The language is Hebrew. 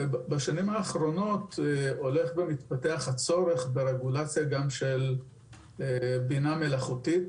בשנים האחרונות הולך ומתפתח הצורך גם ברגולציה של בינה מלאכותית